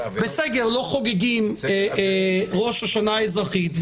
בסגר לא חוגגים את ראש השנה האזרחית,